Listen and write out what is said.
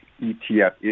ETF